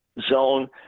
zone